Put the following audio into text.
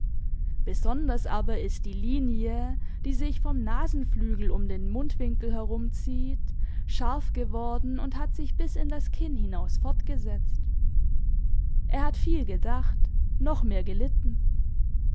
besonders aber ist die linie die sich vom nasenflügel um den mundwinkel herumzieht scharf geworden und hat sich bis in das kinn hinaus fortgesetzt er hat viel gedacht noch mehr gelitten